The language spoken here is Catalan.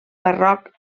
barroc